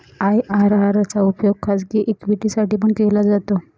IRR चा उपयोग खाजगी इक्विटी साठी पण केला जातो